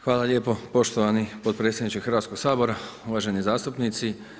Hvala lijepo poštovani potpredsjedniče Hrvatskoga sabora, uvaženi zastupnici.